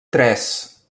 tres